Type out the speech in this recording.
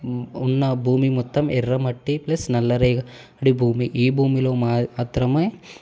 ఉన్న భూమి మొత్తం ఎర్రమట్టి ప్లస్ నల్లరేగడి భూమి ఈ భూమిలో మాత్రమే